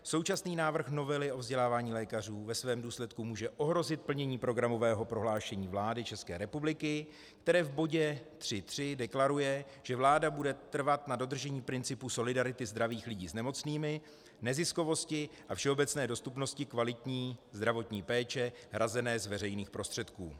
Současná návrh novely o vzdělávání lékařů ve svém důsledku může ohrozit plnění programového prohlášení vlády ČR, které v bodě 3.3 deklaruje, že vláda bude trvat na dodržení principů solidarity zdravých lidí s nemocnými, neziskovosti a všeobecné dostupnosti kvalitní zdravotní péče hrazené z veřejných prostředků.